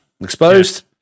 exposed